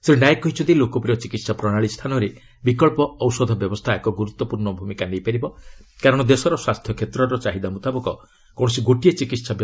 ଶ୍ରୀ ନାଏକ କହିଛନ୍ତି ଲୋକପ୍ରିୟ ଚିକିହା ପ୍ରଣାଳୀ ସ୍ଥାନରେ ବିକଳ୍ପ ଔଷଧ ବ୍ୟବସ୍ଥା ଏକ ଗୁରୁତ୍ୱପୂର୍ଣ୍ଣ ଭୂମିକା ନେଇପାରିବ କାରଣ ଦେଶର ସ୍ୱାସ୍ଥ୍ୟକ୍ଷେତ୍ରର ଚାହିଦା ମୁତାବକ କୌଣସି ଗୋଟିଏ ଚିକିିିିି